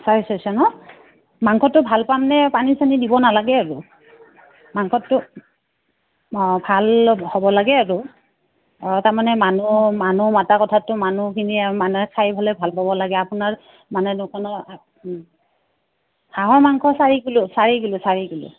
চাৰে ছয়শ ন মাংসটো ভাল পামনে পানী চানী দিব নালাগে আৰু মাংসটো অঁ ভাল হ'ব লাগে আৰু অঁ তাৰমানে মানুহ মানুহ মাতা কথাটো মানুহখিনি মানে খাই পেলাই ভাল পাব লাগে আপোনাৰ মানে দোকানৰ হাঁহৰ মাংস চাৰি কিলো চাৰি কিলো চাৰি কিলো